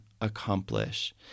accomplish